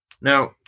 Now